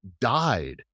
died